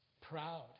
proud